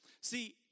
See